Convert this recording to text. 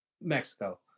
Mexico